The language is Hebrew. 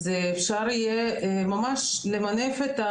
אז אפשר יהיה ממש למנף,